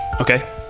Okay